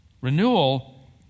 Renewal